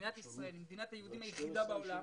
מדינת ישראל היא מדינת היהודים היחידה בעולם.